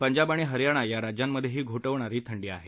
पंजाब आणि हरियाणा या राज्यांमध्येही गोठवणारी थंडी आहे